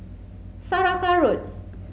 Saraca Road